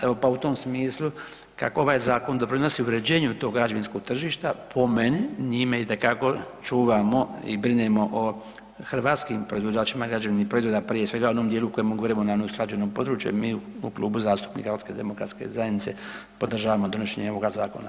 Evo, pa u tom smislu kako ovaj zakon doprinosi uređenju tog građevinskog tržišta po meni njime itekako čuvamo i brinemo o hrvatskim proizvođačima građevinih proizvoda prije svega u onom dijelu o kojem govorimo na neusklađenom području jer mi u Klubu zastupnika HDZ-a podržavamo donošenje ovoga zakona.